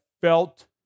felt